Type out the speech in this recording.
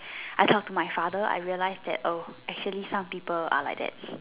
I talked to my father I realised that oh actually some people are like that